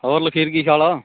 ਹੋਰ ਲਖਵੀਰ ਕੀ ਹਾਲ ਆ